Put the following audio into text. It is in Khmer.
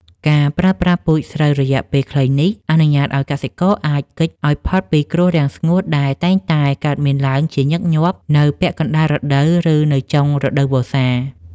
ការប្រើប្រាស់ពូជស្រូវរយៈពេលខ្លីនេះ អនុញ្ញាតឱ្យកសិករអាច គេច ឱ្យផុតពីគ្រោះរាំងស្ងួតដែលតែងតែកើតមានឡើងជាញឹកញាប់នៅពាក់កណ្តាលរដូវ ឬនៅចុងរដូវវស្សា។